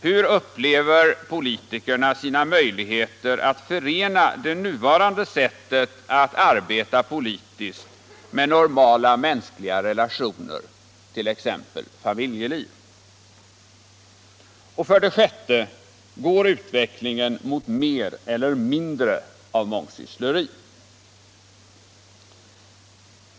Hur upplever politikerna sina möjligheter att förena det nuvarande sättet att arbeta politiskt med normala mänskliga relationer, t.ex. familjeliv? 6. Går utvecklingen mot mer eller mindre av mångsyssleri?